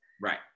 Right